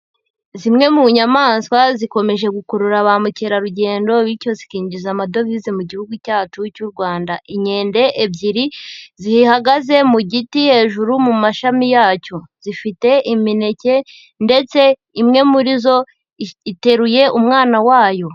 Zimwe mu nyamaswa, zikomeje gukurura bamukerarugendo bityo zikinjiza amadovize mu gihugu cyacu cy'u Rwanda. Inkende ebyiri zihagaze mu giti hejuru mu mashami yacyo. Zifite imineke ndetse imwe muri zo iteruye umwana wayo.